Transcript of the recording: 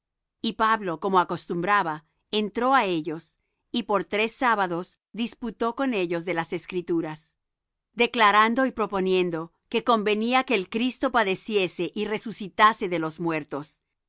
y pablo como acostumbraba entró á ellos y por tres sábados disputó con ellos de las escrituras declarando y proponiendo que convenía que el cristo padeciese y resucitase de los muertos